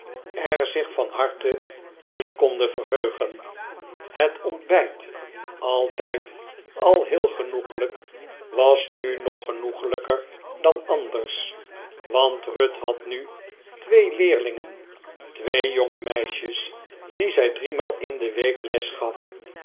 er zich van harte in konden verheugen het ontbijt altijd al heel genoeglijk was nu nog genoeglijker dan andersj want ruth had nu twee leerlingen twee jongemeisjes die zij driemaal in de week les gaf